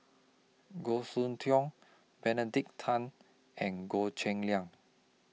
Goh Soon Tioe Benedict Tan and Goh Cheng Liang